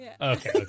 Okay